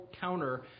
counter